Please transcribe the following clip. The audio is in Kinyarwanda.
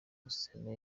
amasezerano